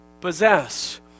possess